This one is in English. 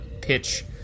pitch